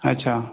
अच्छा